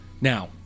Now